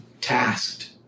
tasked